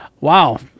wow